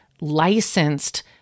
licensed